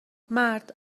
مرد